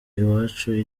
iwacu